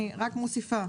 אני רק מוסיפה,